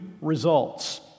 results